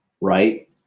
right